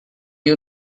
you